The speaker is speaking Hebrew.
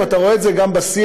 ואתה רואה את זה גם בשיח,